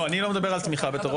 לא, אני לא מדבר על תמיכה בטרור.